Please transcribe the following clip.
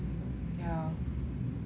yeah